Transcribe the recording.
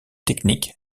technique